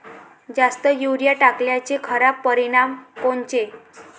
जास्त युरीया टाकल्याचे खराब परिनाम कोनचे?